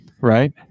Right